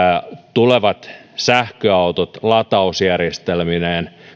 tulevat sähköautot latausjärjestelmineen